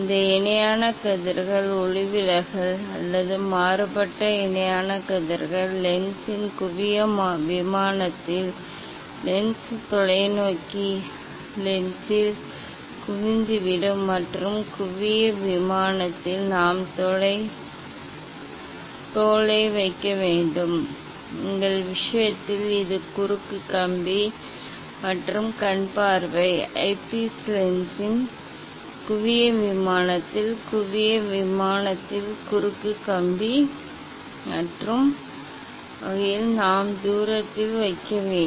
இந்த இணையான கதிர்கள் ஒளிவிலகல் அல்லது மாறுபட்ட இணையான கதிர்கள் லென்ஸின் குவிய விமானத்தில் லென்ஸ் தொலைநோக்கி லென்ஸில் குவிந்துவிடும் மற்றும் குவிய விமானத்தில் நாம் தோலை வைக்க வேண்டும் எங்கள் விஷயத்தில் இது குறுக்கு கம்பி மற்றும் கண் பார்வை ஐப்பீஸ் லென்ஸின் குவிய விமானத்தின் குவிய விமானத்தில் குறுக்கு கம்பி இருக்கும் வகையில் நாம் தூரத்தில் வைக்க வேண்டும்